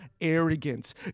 arrogance